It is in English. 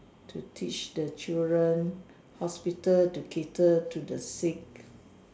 to teach the children hospital to cater to the sick